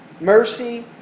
mercy